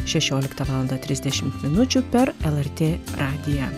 šešioliką valandą trisdešimt minučių per lrt radiją